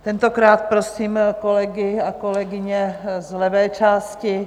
Tentokrát prosím kolegy a kolegyně z levé části.